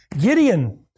Gideon